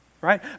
right